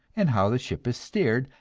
and how the ship is steered,